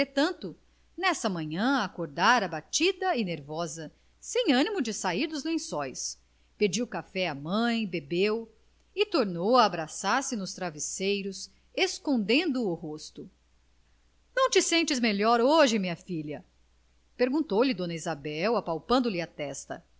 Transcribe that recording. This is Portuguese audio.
entretanto nessa manhã acordara abatida e nervosa sem animo de sair dos lençóis pediu café à mãe bebeu e tornou a abraçar-se nos travesseiros escondendo o rosto não te sentes melhor hoje minha filha perguntou-lhe dona isabel apalpando lhe a testa